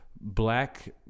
black